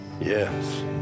Yes